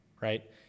right